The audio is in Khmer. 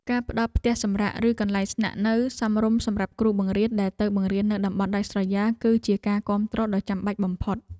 ការផ្តល់ផ្ទះសម្រាកឬកន្លែងស្នាក់នៅសមរម្យសម្រាប់គ្រូបង្រៀនដែលទៅបង្រៀននៅតំបន់ដាច់ស្រយាលគឺជាការគាំទ្រដ៏ចាំបាច់បំផុត។